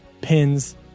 pins